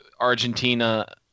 argentina